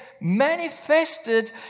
manifested